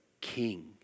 king